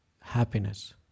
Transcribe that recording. happiness